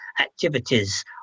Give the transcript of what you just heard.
activities